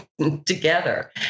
together